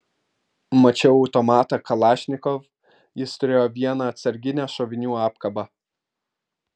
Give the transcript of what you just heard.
mačiau automatą kalašnikov jis turėjo vieną atsarginę šovinių apkabą